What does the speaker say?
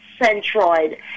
centroid